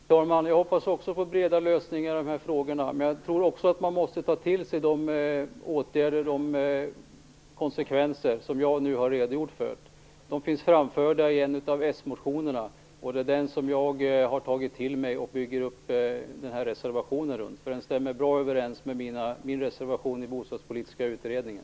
Fru talman! Jag hoppas också på breda lösningar i de här frågorna, men jag tror att man måste ta till sig de konsekvenser som jag har redogjort för. De framförs i en av s-motionerna. Det är den jag har tagit till mig, och det är den jag bygger min reservation runt. Den stämmer bra överens med min reservation i den bostadspolitiska utredningen.